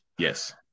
Yes